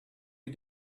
you